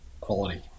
quality